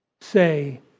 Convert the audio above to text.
say